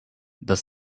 does